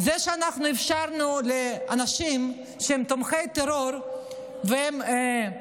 זה שאנחנו אפשרנו לאנשים שהם תומכי טרור והם